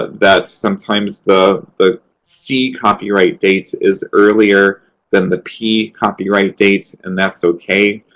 that sometimes the the c copyright date is earlier than the p copyright date, and that's okay.